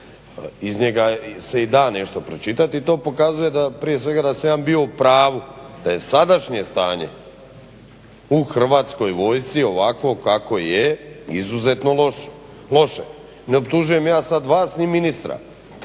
iz njega se i da nešto pročitati i to pokazuje prije svega da sam ja bio u pravu, da je sadašnje stanje u Hrvatskoj vojsci ovako kako je izuzetno loše. Ne optužujem sada ja vas ni ministra.